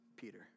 Peter